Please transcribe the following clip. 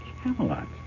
Camelot